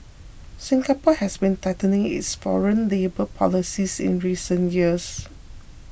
Singapore has been tightening its foreign labour policies in recent years